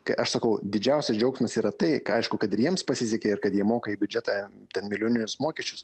kai aš sakau didžiausias džiaugsmas yra tai aišku kad ir jiems pasisekė kad jie moka į biudžetą ten milijoninius mokesčius